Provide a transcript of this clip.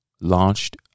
launched